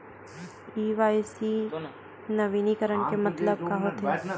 KYC नवीनीकरण के मतलब का होथे?